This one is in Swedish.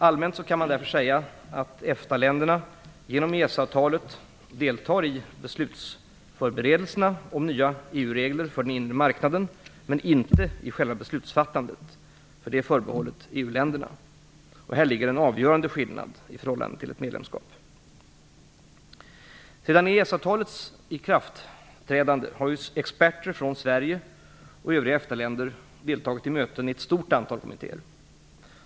Allmänt kan därför sägas att EFTA-länderna genom EES avtalet deltar i beslutsförberedelserna om nya EU regler för den inre marknaden, men inte i själva beslutsfattandet, vilket är förbehållet EU-länderna. Här ligger en avgörande skillnad i förhållande till ett medlemskap. Sedan EES-avtalets ikraftträdande har experter från Sverige och övriga EFTA-länder deltagit i möten i ett stort antal kommittéer.